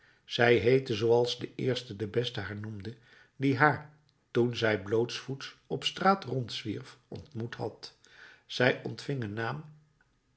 zij heette zooals de eerste de beste haar noemde die haar toen zij blootsvoets op straat rondzwierf ontmoet had zij ontving een naam